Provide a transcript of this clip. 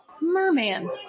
Merman